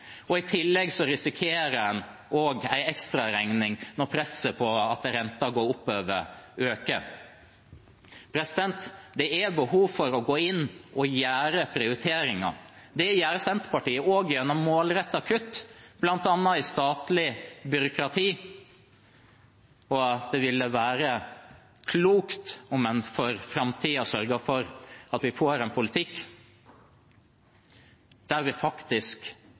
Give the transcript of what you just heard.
og i tillegg risikerer en også en ekstraregning når presset på at renten skal gå oppover, øker. Det er behov for å gå inn og gjøre prioriteringer. Det gjør Senterpartiet, også gjennom målrettede kutt, bl.a. i statlig byråkrati, og det ville være klokt om en for framtiden sørget for at vi får en politikk der vi faktisk